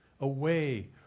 Away